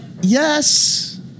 yes